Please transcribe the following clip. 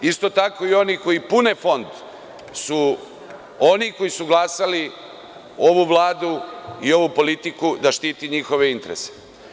Isto tako, oni koji pune fond su oni koji su glasali ovu Vladu i ovu politiku da štiti njihove interese.